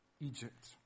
Egypt